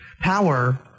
power